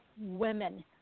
women